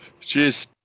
Cheers